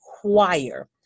choir